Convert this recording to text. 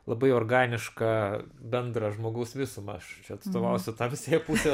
labai organišką bendrą žmogaus visumą aš čia atstovausiu tamsiąją pusę